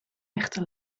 echte